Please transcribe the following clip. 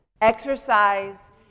Exercise